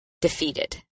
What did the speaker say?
defeated